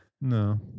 No